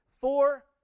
Four